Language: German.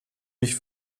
mich